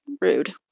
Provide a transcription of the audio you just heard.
Rude